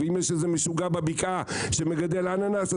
ואם יש איזה משוגע בבקעה שמגדל אננס,